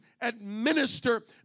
administer